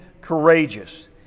courageous